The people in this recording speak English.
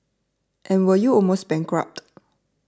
and were you almost bankrupted